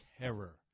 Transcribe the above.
terror